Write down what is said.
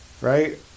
Right